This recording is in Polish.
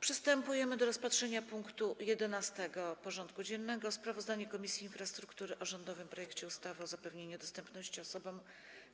Przystępujemy do rozpatrzenia punktu 11. porządku dziennego: Sprawozdanie Komisji Infrastruktury o rządowym projekcie ustawy o zapewnianiu dostępności osobom